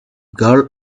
girl